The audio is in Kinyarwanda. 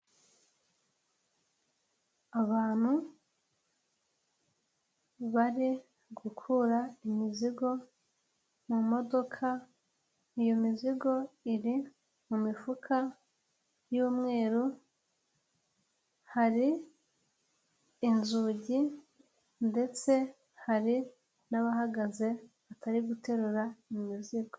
Abantu bari gukura imizigo mu modoka, iyo mizigo iri mu mifuka y'umweru, hari inzugi ndetse hari n'abahagaze batari guterura imizigo.